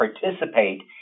participate